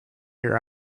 your